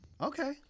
Okay